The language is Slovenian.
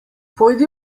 pojdi